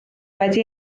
wedi